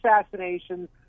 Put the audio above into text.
assassinations